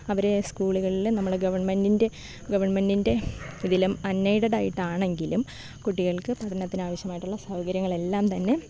അവർ സ്കൂളുകളിൽ നമ്മളെ ഗവൺമെൻ്റിൻ്റെ ഗവൺമെൻ്റിൻ്റെ ഇതിലും അൺഎയിഡഡ് ആയിട്ടാണെങ്കിലും കുട്ടികൾക്ക് പഠനത്തിന് ആവശ്യമായിട്ടുള്ള സൗകര്യങ്ങളെല്ലാം തന്നെ